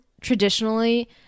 traditionally